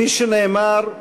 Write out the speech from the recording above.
כפי שנאמר,